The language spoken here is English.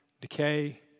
decay